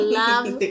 love